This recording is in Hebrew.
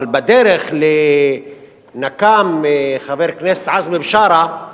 אבל בדרך לנקם בחבר הכנסת עזמי בשארה,